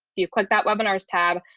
you click that webinars tab.